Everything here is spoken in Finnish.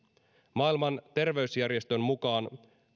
maailman terveysjärjestön mukaan